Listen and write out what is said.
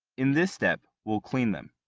in this step, we'll clean them.